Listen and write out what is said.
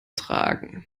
tragen